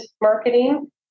marketing